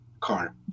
car